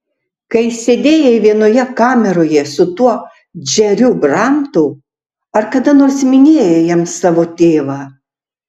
kai sėdėjai vienoje kameroje su tuo džeriu brantu ar kada nors minėjai jam savo tėvą